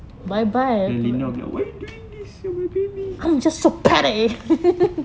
and lina pula be like why you doing this who will kill me